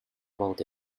about